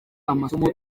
amasomo